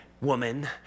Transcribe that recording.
Woman